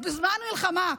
אז בזמן מלחמה,